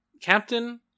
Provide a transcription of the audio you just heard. captain